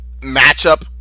matchup